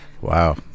Wow